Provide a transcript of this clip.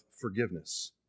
forgiveness